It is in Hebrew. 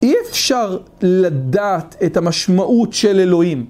אי אפשר לדעת את המשמעות של אלוהים.